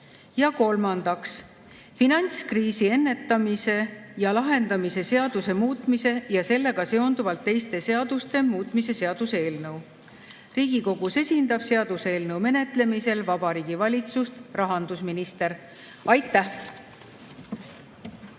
Kolmandaks, finantskriisi ennetamise ja lahendamise seaduse muutmise ja sellega seonduvalt teiste seaduste muutmise seaduse eelnõu. Riigikogus esindab seaduseelnõu menetlemisel Vabariigi Valitsust rahandusminister. Aitäh!